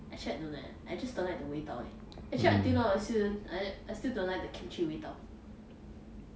actually I don't know eh I just don't like the 味道而已 actually until now I still don't I still don't like the kimchi 味道